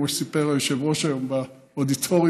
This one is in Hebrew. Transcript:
כמו שסיפר היושב-ראש היום באודיטוריום,